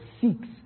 seeks